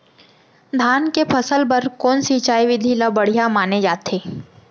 धान के फसल बर कोन सिंचाई विधि ला बढ़िया माने जाथे?